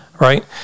Right